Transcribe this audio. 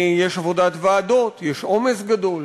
יש עבודת ועדות, יש עומס גדול.